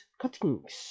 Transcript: cuttings